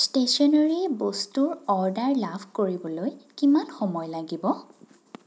stationery বস্তু order লাভ কৰিবলৈ কিমান সময় লাগিব